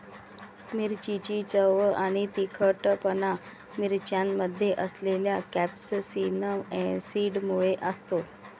मिरचीची चव आणि तिखटपणा मिरच्यांमध्ये असलेल्या कॅप्सेसिन ऍसिडमुळे असतो